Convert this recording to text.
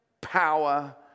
power